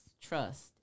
trust